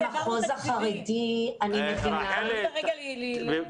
לגבי המחוז החרדי אני מבינה -- רחלי בבקשה